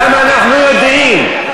גם אנחנו יודעים.